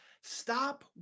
Stop